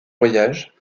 voyage